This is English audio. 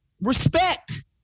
Respect